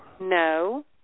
No